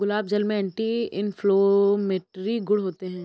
गुलाब जल में anti inflammatory गुण होते हैं